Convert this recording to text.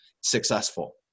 successful